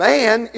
Man